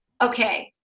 okay